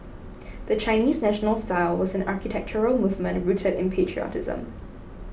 the Chinese National style was an architectural movement rooted in patriotism